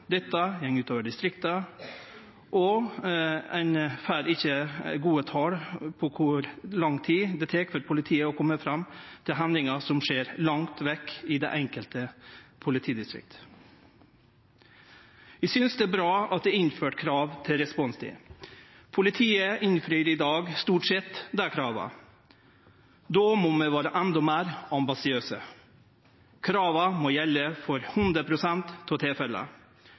Dette går ut over distrikta, og ein får ikkje gode tal på kor lang tid det tek for politiet å kome fram til hendingar som skjer langt vekk i det enkelte politidistrikt. Eg synest det er bra at det er innført krav til responstid. Politiet innfrir stort sett dei krava i dag. Då må vi vere endå meir ambisiøse. Krava må gjelde for 100 pst. av